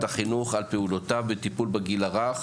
החינוך על פעולותיו בטיפול בגיל הרך,